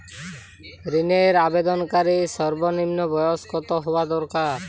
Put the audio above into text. ঋণের আবেদনকারী সর্বনিন্ম বয়স কতো হওয়া দরকার?